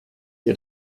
ihr